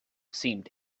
seemed